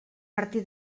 martí